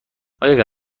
آیا